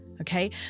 okay